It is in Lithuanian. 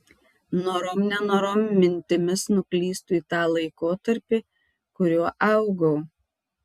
norom nenorom mintimis nuklystu į tą laikotarpį kuriuo augau